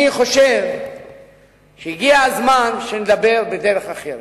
אני חושב שהגיע הזמן שנדבר בדרך אחרת.